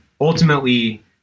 ultimately